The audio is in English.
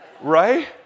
right